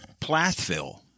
Plathville